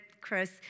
Chris